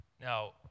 Now